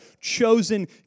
chosen